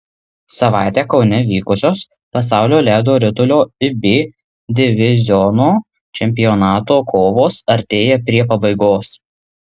savaitę kaune vykusios pasaulio ledo ritulio ib diviziono čempionato kovos artėja prie pabaigos